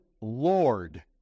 Lord